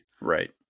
right